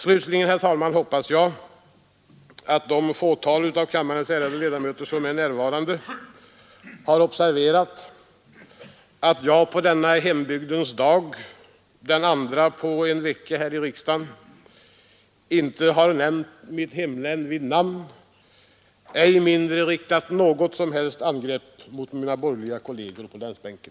Slutligen, herr talman, hoppas jag att det fåtal av kammarens ärade ledamöter som är närvarande har observerat att jag på denna ”hembygdens dag” — den andra på en vecka här i riksdagen — inte har nämnt mitt hemlän vid namn, än mindre riktat något angrepp mot mina borgerliga kolleger på länsbänken.